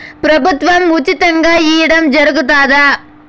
ప్రభుత్వం ఉచితంగా ఇయ్యడం జరుగుతాదా?